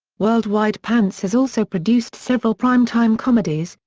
worldwide pants has also produced several prime-time comedies,